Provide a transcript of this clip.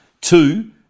two